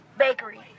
Bakery